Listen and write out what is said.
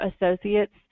associates